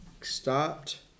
stopped